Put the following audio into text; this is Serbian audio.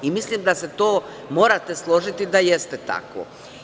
I mislim da se morate složiti da jeste tako.